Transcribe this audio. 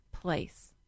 place